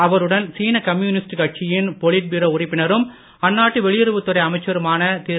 அவருடன் சீன கம்யுனிஸ்ட் கட்சியின் பொலிட்பீரோ உறுப்பினரும் அந்நாட்டு வெளியுறவுத் துறை அமைச்சருமான திரு